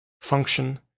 Function